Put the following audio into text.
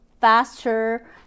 faster